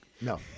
no